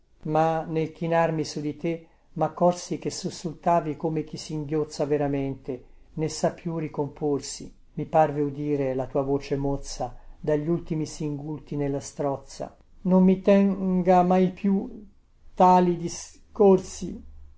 ma nel chinarmi su di te maccorsi che sussultavi come chi singhiozza veramente né sa più ricomporsi mi parve udire la tua voce mozza da gli ultimi singulti nella strozza non mi ten ga mai più tali